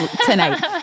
tonight